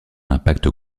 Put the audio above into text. impact